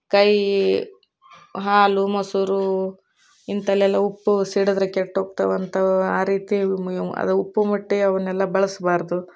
ಕೈ ಹಾಲು ಮೊಸರು ಇಂಥಲ್ಲೆಲ್ಲ ಉಪ್ಪು ಸಿಡಿದರೆ ಕೆಟ್ಟೋಗ್ತವಂಥವು ಆ ರೀತಿ ಅದು ಉಪ್ಪು ಮೂಟೆ ಅವನ್ನೆಲ್ಲ ಬಳಸಬಾರ್ದು